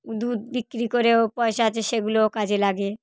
দুধ বিক্রি করেও পয়সা আছে সেগুলোও কাজে লাগে